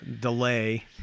delay